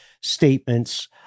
statements